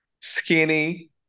Skinny